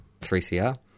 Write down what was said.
3CR